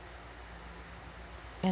ya